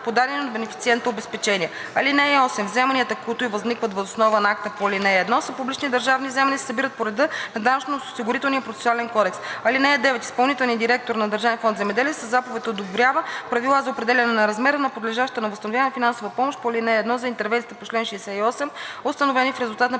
по дадени от бенефициента обезпечения. (8) Вземанията, които възникват въз основа на акта по ал. 1, са публични държавни вземания и се събират по реда на Данъчно-осигурителния процесуален кодекс. (9) Изпълнителният директор на Държавен фонд „Земеделие“ със заповед одобрява правила за определяне на размера на подлежащата на възстановяване финансова помощ по ал. 1 за интервенциите по чл. 68, установени в резултат на